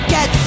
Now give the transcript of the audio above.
Get